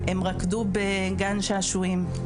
הם רקדו בגן שעשועים,